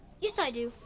yes i do.